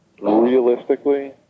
realistically